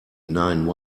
nine